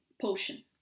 potion